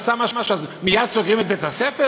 עשה משהו אז מייד סוגרים את בית-הספר?